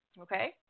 Okay